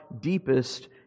deepest